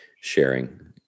sharing